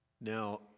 Now